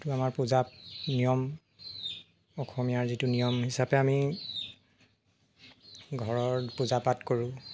যিটো আমাৰ পূজা নিয়ম অসমীয়াৰ যিটো নিয়ম হিচাপে আমি ঘৰত পূজা পাঠ কৰো